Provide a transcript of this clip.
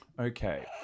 Okay